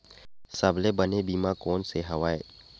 सबले बने बीमा कोन से हवय?